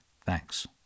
Thanks